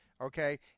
okay